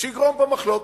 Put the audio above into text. שיגרום פה מחלוקת.